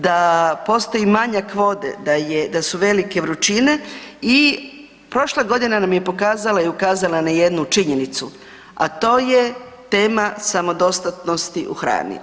Da postoji manjak vode, da su velike vrućine i prošla godina nam je pokazala i ukazala na jednu činjenicu a to je tema samodostatnosti u hrani.